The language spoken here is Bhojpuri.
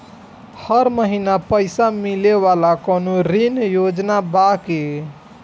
हर महीना पइसा मिले वाला कवनो ऋण योजना बा की?